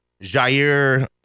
Jair